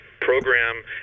program